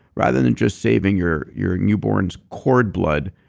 rather than just saving your your newborn's cord blood,